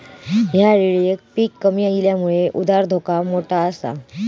ह्या येळेक पीक कमी इल्यामुळे उधार धोका मोठो आसा